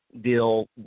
deal